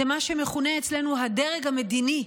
מה שמכונה אצלנו הדרג המדיני,